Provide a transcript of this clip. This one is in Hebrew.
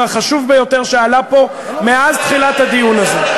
החשוב ביותר שעלה פה מאז תחילת הדיון הזה.